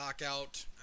knockout